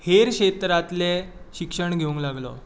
हेर क्षेत्रांतले शिक्षण घेवंक लागलो